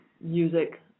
music